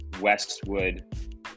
Westwood